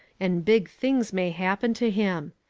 and big things may happen to him.